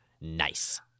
Nice